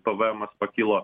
pvemas pakilo